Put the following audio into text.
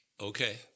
Okay